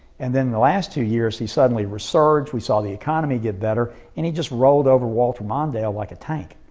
and then the last two years he suddenly resurged. we saw the economy get better and he just rolled over walter mondale like a tank.